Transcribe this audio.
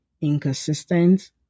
inconsistent